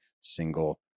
single